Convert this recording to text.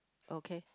okay